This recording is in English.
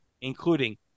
including